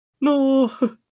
No